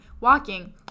Walking